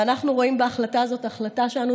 ואנחנו רואים בהחלטה הזאת החלטה שאנו